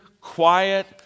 quiet